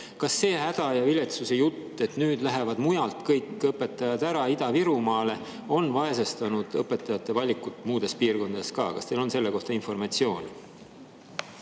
Kas see häda ja viletsuse jutt, et nüüd lähevad mujalt kõik õpetajad ära Ida-Virumaale, [peab paika] ja õpetajate valik muudes piirkondades on vaesestunud? Kas teil on selle kohta informatsiooni?